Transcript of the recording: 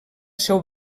seu